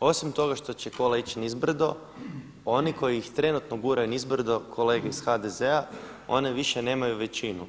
osim toga što će kola ići nizbrdo, oni koji ih trenutno guraju nizbrdo kolege iz HDZ-a, one više nemaju većinu.